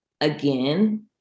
again